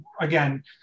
Again